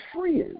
friends